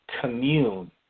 commune